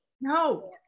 no